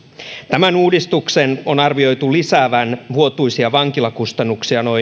tämän uudistuksen on arvioitu lisäävän vuotuisia vankilakustannuksia noin